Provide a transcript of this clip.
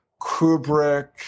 Kubrick